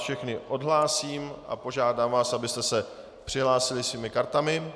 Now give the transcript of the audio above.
Všechny vás odhlásím a požádám vás, abyste se přihlásili svými kartami.